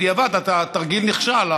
בדיעבד התרגיל נכשל,